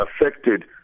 affected